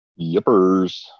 Yippers